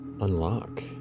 unlock